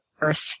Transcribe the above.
Earth